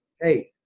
Hey